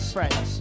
Friends